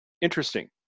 interesting